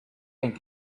and